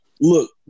look